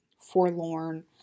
forlorn